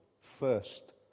first